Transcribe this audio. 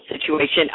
situation